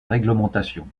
réglementation